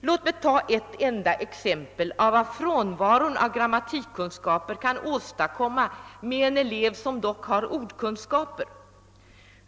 Låt mig ta ett enda exempel på vad frånvaron av grammatikkunskaper kan åstadkomma med en elev som dock har ordkunskaper.